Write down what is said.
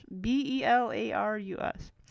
B-E-L-A-R-U-S